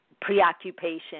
Preoccupation